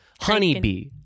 Honeybee